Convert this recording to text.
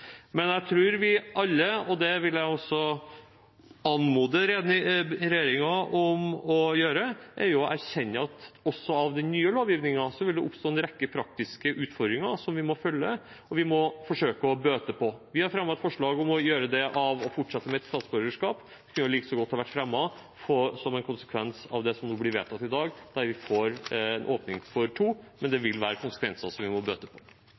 det vil jeg også anmode regjeringen om å gjøre – bør erkjenne at også med den nye lovgivningen vil det oppstå en rekke praktiske utfordringer som vi må følge opp, og som vi må forsøke å bøte på. Vi har fremmet et forslag om å gjøre det ut fra å fortsette med ett statsborgerskap. Det kunne like godt ha vært fremmet som en konsekvens av det som blir vedtatt nå i dag, der vi får en åpning for to, men det vil være konsekvenser som vi må bøte på.